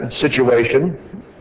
situation